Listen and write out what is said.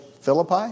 Philippi